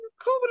cool